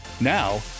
Now